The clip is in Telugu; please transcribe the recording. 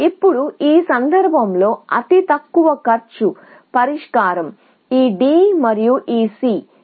ఇప్పుడు ఈ సందర్భంలో అతి తక్కువ కాస్ట్ పరిష్కారం ఈ D మరియు ఈ C